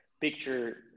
picture